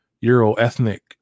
Euro-ethnic